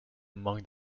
among